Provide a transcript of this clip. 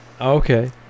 okay